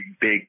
big